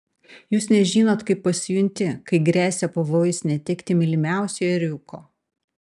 jūs nežinot kaip pasijunti kai gresia pavojus netekti mylimiausio ėriuko